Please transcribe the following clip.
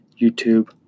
YouTube